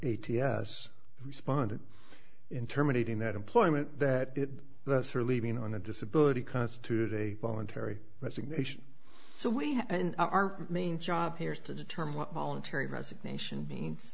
ts responded in terminating that employment that that's her leaving on a disability constitute a voluntary resignation so we have our main job here is to determine what voluntary resignation means